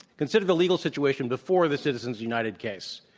consider the legal situation before the citizens united case.